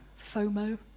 FOMO